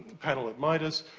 panel with midas,